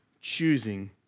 choosing